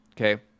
okay